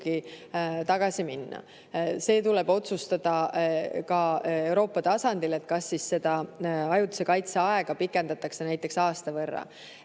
See tuleb otsustada ka Euroopa tasandil, kas ajutise kaitse aega pikendatakse näiteks aasta võrra.